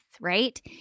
right